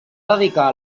dedicar